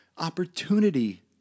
opportunity